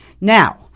Now